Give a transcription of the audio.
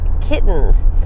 kittens